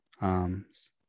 arms